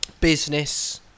business